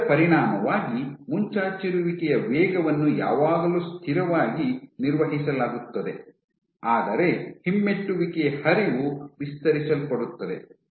ಇದರ ಪರಿಣಾಮವಾಗಿ ಮುಂಚಾಚಿರುವಿಕೆಯ ವೇಗವನ್ನು ಯಾವಾಗಲೂ ಸ್ಥಿರವಾಗಿ ನಿರ್ವಹಿಸಲಾಗುತ್ತದೆ ಆದರೆ ಹಿಮ್ಮೆಟ್ಟುವಿಕೆಯ ಹರಿವು ವಿಸ್ತರಿಸಲ್ಪಡುತ್ತದೆ